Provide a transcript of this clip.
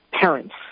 parents